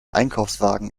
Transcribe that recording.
einkaufswagen